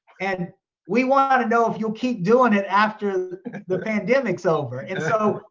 and we wanna know if you'll keep doing it after the pandemic's over. and so,